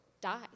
dies